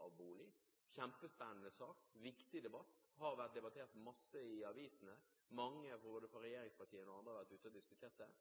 av bolig, en kjempespennende sak, en viktig debatt som ofte har vært debattert i avisene. Mange både fra regjeringspartiene og andre har vært ute og diskutert det.